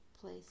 place